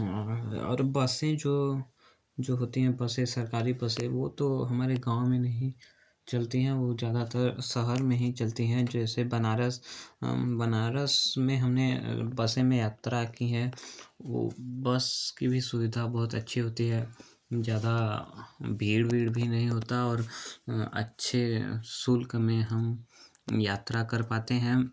और बसें जो जो होती हैं बसें सरकारी बसें वो तो हमारे गाँव में नहीं चलती हैं ज़्यादातर शहर में ही चलती हैं जैसे बनारस बनारस में हमने बसें में यात्रा की है वो बस कि भी सुविधा बहुत अच्छी होती है ज़्यादा भीड़ वीड़ भी नहीं होता और अच्छे शुल्क में हम यात्रा कर पाते हैं